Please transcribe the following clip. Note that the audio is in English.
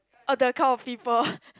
uh the kind of people